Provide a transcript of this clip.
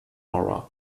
aura